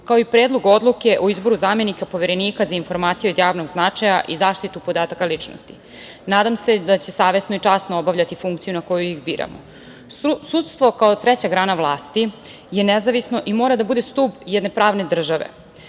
kao i Predlog odluke o izboru zamenika Poverenika za informacije od javnog značaja i zaštitu podataka ličnosti. Nadam se da će savesno i časno obavljati funkciju na koju ih biramo. Sudstvo kao treća grana vlasti je nezavisno i mora da bude stub jedne pravne države.